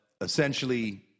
essentially